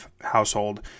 household